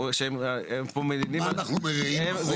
מה אנחנו מרעים בחוק?